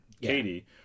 katie